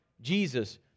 Jesus